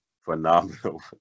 phenomenal